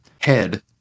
head